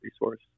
resource